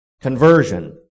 conversion